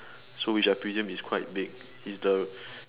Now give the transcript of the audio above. so which I presume is quite big is the